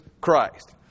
Christ